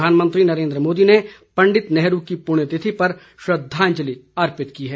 प्रधानमंत्री नरेन्द्र मोदी ने पंडित नेहरू की पुण्यतिथि पर श्रद्धांजलि अर्पित की है